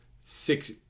six